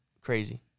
crazy